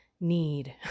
need